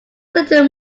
little